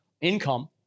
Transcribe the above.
income